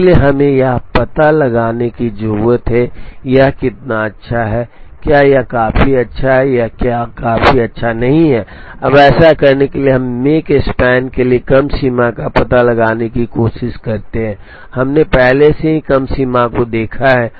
इसलिए हमें यह पता लगाने की जरूरत है कि यह कितना अच्छा है क्या यह काफी अच्छा है या क्या यह काफी अच्छा नहीं है अब ऐसा करने के लिए हम मेक स्पान के लिए कम सीमा का पता लगाने की कोशिश करते हैं हमने पहले से ही कम सीमा को देखा है